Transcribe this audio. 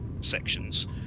sections